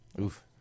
Oof